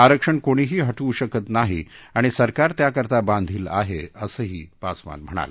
आरक्षण कोणीही हटवू शकत नाही आणि सरकार त्याकरता बांधील आहे असंही पासवान म्हणाले